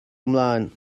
ymlaen